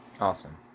Awesome